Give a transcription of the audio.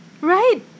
right